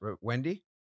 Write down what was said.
Wendy